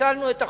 פיצלנו את החוק,